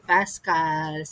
Pascal